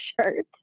shirt